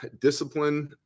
discipline